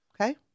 Okay